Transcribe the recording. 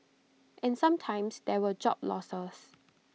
and sometimes there were job losses